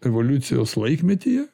evoliucijos laikmetyje